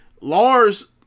Lars